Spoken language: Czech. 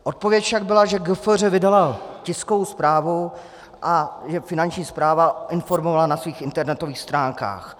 Odpověď však byla, že GFŘ vydalo tiskovou zprávu a že Finanční správa informovala na svých internetových stránkách.